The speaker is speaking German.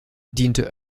diente